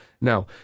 Now